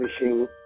Wishing